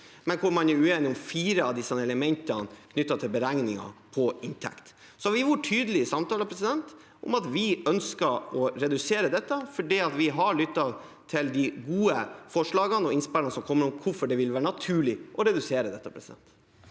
men hvor man er uenige om fire av disse elementene knyttet til beregninger på inntekt. Vi har vært tydelige i samtaler om at vi ønsker å redusere dette, fordi vi har lyttet til de gode forslagene og innspillene som har kommet om hvorfor det vil være naturlig å redusere dette. Presidenten